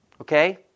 okay